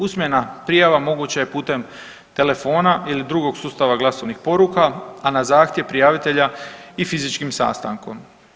Usmena prijava moguća je putem telefona ili drugog sustava glasovnih poruka, a na zahtjev prijavitelja i fizičkim sastankom.